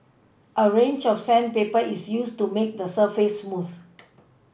a range of sandpaper is used to make the surface smooth